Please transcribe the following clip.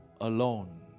alone